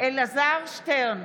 אלעזר שטרן,